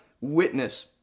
witness